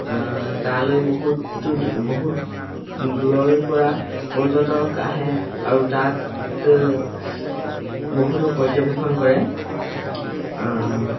তালৈও বহুতো বহুত দূৰৰ পৰা পৰ্যটক আহে আৰু তাত বহুতো পৰ্যৱেক্ষণ কৰে